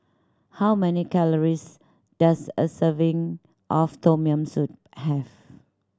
how many calories does a serving of Tom Yam Soup have